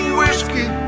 whiskey